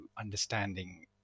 understanding